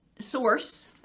source